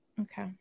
Okay